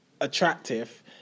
attractive